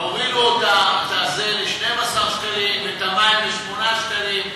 הורידו את זה ל-12 שקלים ואת המים ל-8 שקלים,